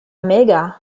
mega